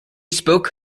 spoke